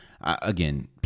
Again